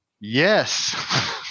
Yes